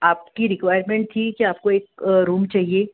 आपकी रिक्वायरमेंट थी कि आपको एक रूम चाहिए